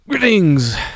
Greetings